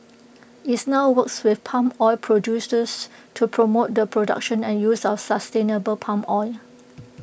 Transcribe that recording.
is now works with palm oil producers to promote the production and use of sustainable palm oil